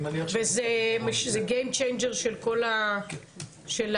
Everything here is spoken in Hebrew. וזה משנה משחק של האבטחה.